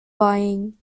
buying